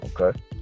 Okay